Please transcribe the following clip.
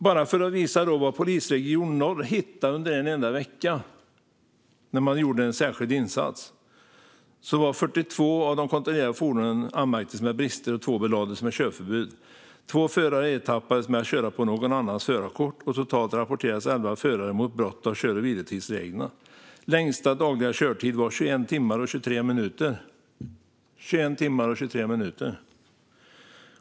Låt mig bara visa vad polisregion Norr hittade under en enda vecka när man gjorde en särskild insats. På 42 av de kontrollerade fordonen anmärkte man på brister, och två fordon belades med körförbud. Två förare ertappades med att köra på någon annans förarkort, och totalt rapporterades elva förare för brott mot kör och vilotidsreglerna. Längsta dagliga körtid var 21 timmar och 23 minuter!